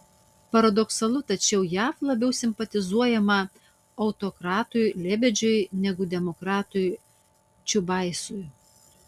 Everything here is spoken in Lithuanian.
paradoksalu tačiau jav labiau simpatizuojama autokratui lebedžiui negu demokratui čiubaisui